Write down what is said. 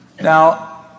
Now